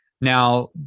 Now